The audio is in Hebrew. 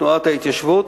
תנועת ההתיישבות,